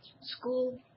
School